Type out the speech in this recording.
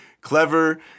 clever